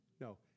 No